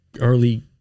early